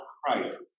Christ